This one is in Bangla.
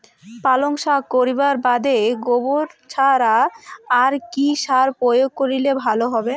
পালং শাক করিবার বাদে গোবর ছাড়া আর কি সার প্রয়োগ করিলে ভালো হবে?